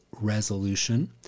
resolution